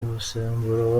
umusemburo